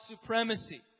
supremacy